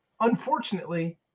Unfortunately